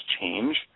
change